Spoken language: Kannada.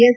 ಎಸ್